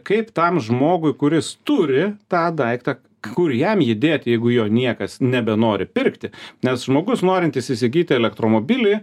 kaip tam žmogui kuris turi tą daiktą kur jam jį dėt jeigu jo niekas nebenori pirkti nes žmogus norintis įsigyti elektromobilį